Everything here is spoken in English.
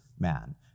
Man